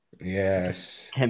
Yes